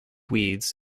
weeds